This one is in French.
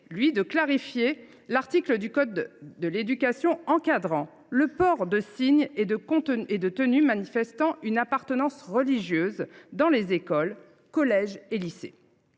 lui de clarifier l’article du code de l’éducation encadrant le port de signes ou de tenues manifestant une appartenance religieuse dans les écoles, collèges et lycées.